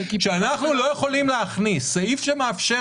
שאנחנו לא יכולים להכניס סעיף שמאפשר